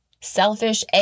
selfish